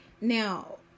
Now